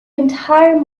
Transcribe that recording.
entire